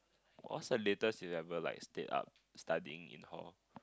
what's the latest you've ever liked stayed up studying in hall